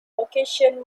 location